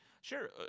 Sure